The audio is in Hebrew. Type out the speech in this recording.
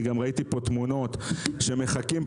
ראיתי גם תמונות שמחכים,